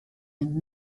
and